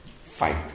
fight